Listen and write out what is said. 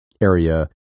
area